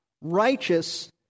righteous